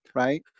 right